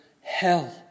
hell